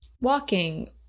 walking